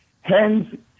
Hence